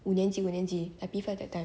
五年级五年级 I P five that time